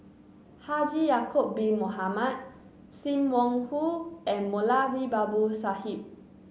Haji Ya'acob Bin Mohamed Sim Wong Hoo and Moulavi Babu Sahib